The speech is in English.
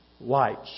lights